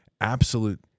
absolute